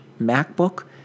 MacBook